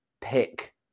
pick